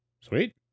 Sweet